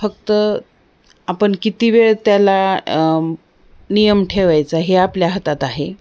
फक्त आपण किती वेळ त्याला नियम ठेवायचं हे आपल्या हातात आहे